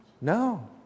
No